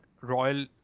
Royal